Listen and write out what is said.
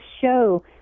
show